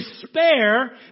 despair